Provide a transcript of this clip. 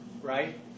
right